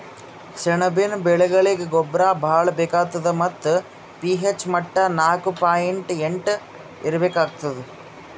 ಸೆಣಬಿನ ಬೆಳೀಗಿ ಗೊಬ್ಬರ ಭಾಳ್ ಬೇಕಾತದ್ ಮತ್ತ್ ಪಿ.ಹೆಚ್ ಮಟ್ಟಾ ನಾಕು ಪಾಯಿಂಟ್ ಎಂಟು ಇರ್ಬೇಕಾಗ್ತದ